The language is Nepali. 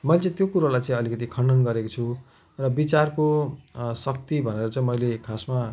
मैले चाहिँ त्यो कुरोलाई अलिकति खण्डन गरेको छु र विचारको शक्ति भनेर चाहिँ मैले खासमा